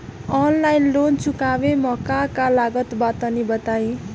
Online loan चुकावे म का का लागत बा तनि बताई?